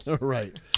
Right